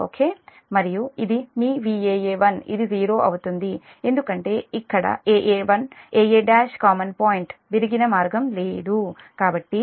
okay మరియు ఇది మీ Vaa1 ఇది 0 అవుతుంది ఎందుకంటే ఇక్కడ a a1 కామన్ పాయింట్ విరిగిన మార్గం లేదు కాబట్టి Vaa1 0